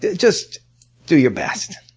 just do your best.